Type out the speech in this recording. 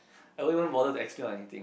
I won't even bother to explain or anything